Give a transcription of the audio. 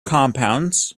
compounds